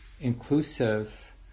inclusive